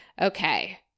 Okay